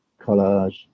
collage